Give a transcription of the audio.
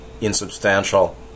insubstantial